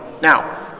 Now